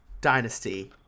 Dynasty